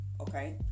okay